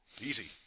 Easy